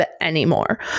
anymore